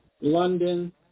London